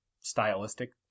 stylistic